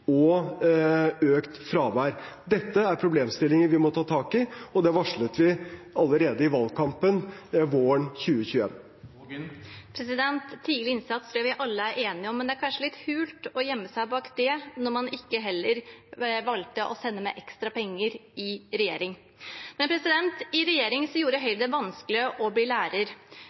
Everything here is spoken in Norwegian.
og økt fravær. Dette er problemstillinger vi må ta tak i, og det varslet vi allerede i valgkampen våren 2021. Tidlig innsats tror jeg vi alle er enige om, men det er kanskje litt hult å gjemme seg bak det når man ikke valgte å sende med ekstra penger da man var i regjering. I regjering gjorde Høyre det vanskeligere å bli lærer.